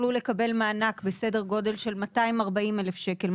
יוכלו לקבל מענק של כ-240,000 שקל,